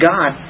God